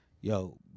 yo